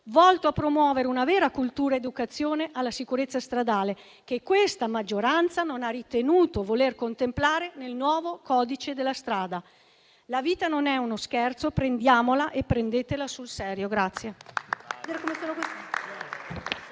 volto a promuovere una vera cultura ed educazione alla sicurezza stradale, che questa maggioranza non ha ritenuto voler contemplare nel nuovo codice della strada. La vita non è uno scherzo, prendiamola e prendetela sul serio.